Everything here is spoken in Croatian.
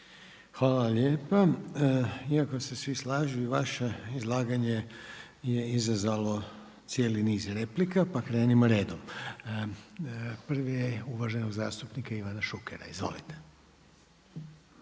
Hvala lijepa. Iako se svi slažu i vaše izlaganje je izazvalo cijeli niz replika, pa krenimo redom. Prvi je uvaženog zastupnika Ivana Šukera. Izvolite.